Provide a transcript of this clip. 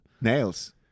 nails